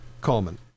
Coleman